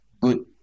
good